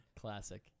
Classic